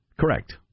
Correct